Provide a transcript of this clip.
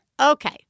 Okay